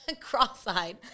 cross-eyed